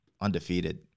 undefeated